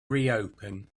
reopen